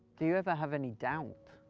do you ever have any doubt?